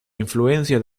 influencia